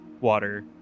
water